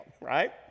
right